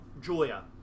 Julia